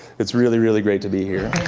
it's really, really great to be here.